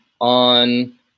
on